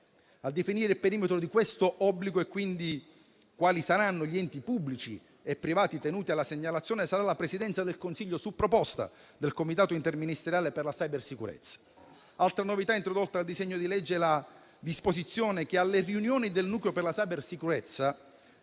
A definire il perimetro di quest'obbligo, e quindi quali saranno gli enti pubblici e privati tenuti alla segnalazione, sarà la Presidenza del Consiglio, su proposta del Comitato interministeriale per la cybersicurezza. Altra novità introdotta dal disegno di legge è la disposizione che alle riunioni del Nucleo per la cybersicurezza